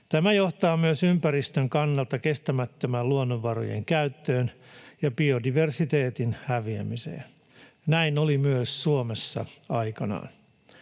Tämä johtaa myös ympäristön kannalta kestämättömään luonnonvarojen käyttöön ja biodiversiteetin häviämiseen. Näin oli myös Suomessa aikanaan.